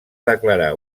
declarar